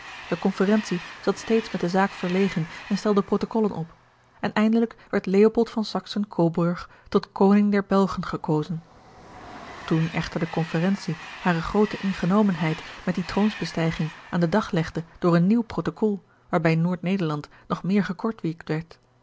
de conferentie zat steeds met de zaak verlegen en stelde protocollen op en eindelijk werd leopold van saksen coburg tot koning der belgen gekozen toen echter de conferentie hare groote ingenomenheid met die troonsbestijging aan den dag legde door een nieuw protocol waarbij noord-nederland nog meer gekortwiekt werd